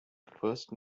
first